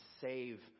save